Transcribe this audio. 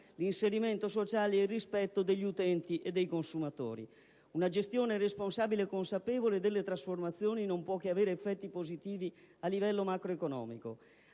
l'inserimento sociale e il rispetto degli utenti e dei consumatori. Una gestione responsabile e consapevole delle trasformazioni non può che avere effetti positivi a livello macroeconomico.